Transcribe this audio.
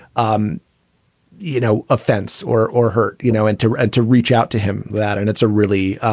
um you know, offense or or hurt, you know, and to read to reach out to him that. and it's a really,